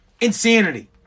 Insanity